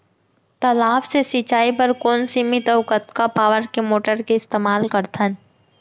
तालाब से सिंचाई बर कोन सीमित अऊ कतका पावर के मोटर के इस्तेमाल करथन?